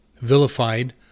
vilified